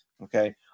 Okay